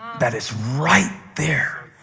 that is right there,